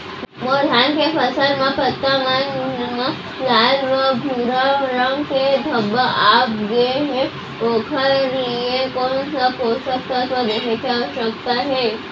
मोर धान के फसल म पत्ता मन म लाल व भूरा रंग के धब्बा आप गए हे ओखर लिए कोन स पोसक तत्व देहे के आवश्यकता हे?